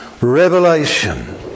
revelation